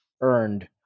earned